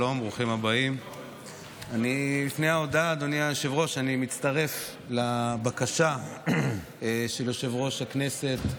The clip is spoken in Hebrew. אני מצטרף לבקשה של יושב-ראש הכנסת: